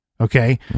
Okay